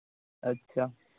ᱟᱪᱪᱷᱟ